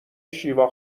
شیوا